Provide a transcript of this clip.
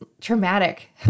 traumatic